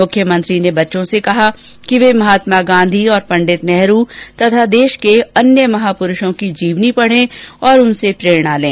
मुख्यमंत्री ने बच्चों से कहा कि वे महात्मा गांधी और पंडित नेहरू तथा देश के अन्य महापुरूषों की जीवनी पढ़ें और उससे प्रेरणा लें